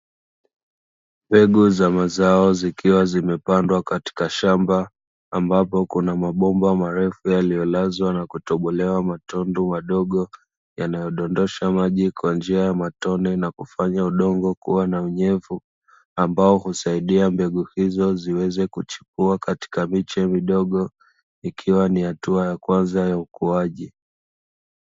Mbegu za mazao zikiwa zimepandwa katika shamba ambapo kuna mabomba marefu yaliyolazwa na kutobolewa matundu madogo, yanayodondosha maji kwa njia ya matone, na kufanya udongo kuwa na unyevu ambao husaidia mbegu hizo ziweze kuchipua katika miche midogo, ikiwa ni hatua ya kwanza ya ukuaji.